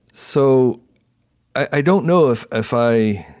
so i don't know if ah if i